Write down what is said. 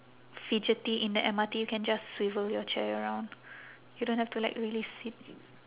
fidgety in the M_R_T you can just swivel your chair around you don't have to like release it